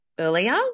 Earlier